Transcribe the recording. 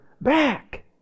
back